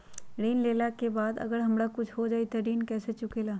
ऋण लेला के बाद अगर हमरा कुछ हो जाइ त ऋण कैसे चुकेला?